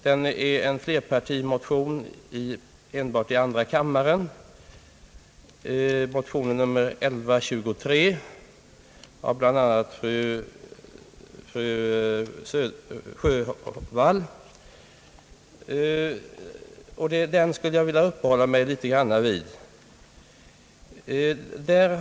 Det är en flerpartimotion enbart i andra kammaren, motion nr 1123 av bl.a. fru Sjövall. Jag skulle vilja uppehålla mig litet vid den.